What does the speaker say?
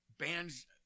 bands